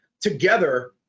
together